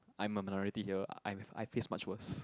I'm a minority here I I face much worse